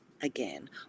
again